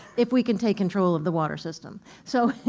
if we can take control of the water system. so,